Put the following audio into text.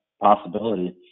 possibility